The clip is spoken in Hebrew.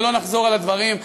ולא נחזור על הדברים.